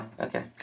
Okay